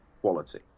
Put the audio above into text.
quality